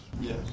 Yes